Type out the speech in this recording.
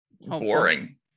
boring